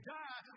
die